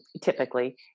typically